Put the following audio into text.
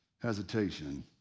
hesitation